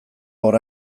hor